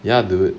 ya dude